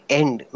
end